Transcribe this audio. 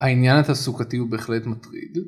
העניין התעסוקתי הוא בהחלט מטריד